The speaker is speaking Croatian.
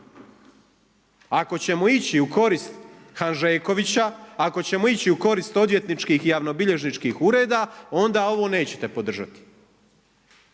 Ako ćemo ići u korist Hanžekovića, ako ćemo ići u korist odvjetničkih i javnobilježničkih ureda onda ovo nećete podržati.